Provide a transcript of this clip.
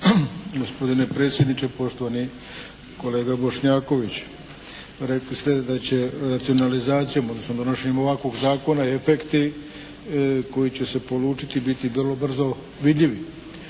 Gospodine predsjedniče. Poštovani kolega Bošnjaković, rekli ste da će nacionalizacijom, odnosno donošenjem ovakvog Zakona efekti koji će se polučiti biti vrlo brzo vidljivi.